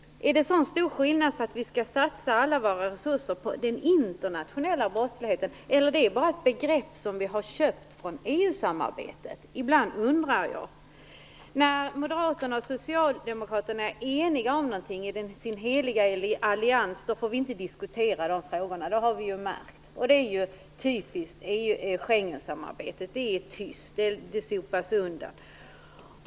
Är det en så stor skillnad att vi skall satsa alla våra resurser på den internationella brottsligheten, eller är det bara ett begrepp som vi har köpt från EU-samarbetet? Ibland undrar jag. När Moderaterna och Socialdemokraterna är eniga om någonting i sin heliga allians, då får vi inte diskutera de frågorna. Det är typiskt i fråga om Schengensamarbetet. Det är tyst, det sopas undan.